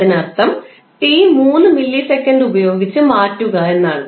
അതിനർത്ഥം നിങ്ങൾ t 3 millisecond ഉപയോഗിച്ച് മാറ്റുക എന്നാണ്